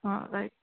right